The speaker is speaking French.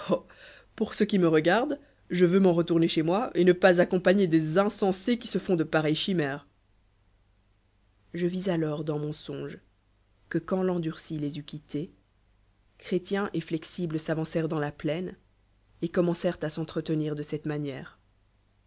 pour ce qui lde regarde je veux m'enretoumer chez moi et ne pas accompagner des insensés qui se font de pareilles chimères je vis alors dans mon songe que quand l'endurci les eut quittés chrétien et flexible s'avancèrent dans la plaine et commencèrent à s'entretenir de cette manière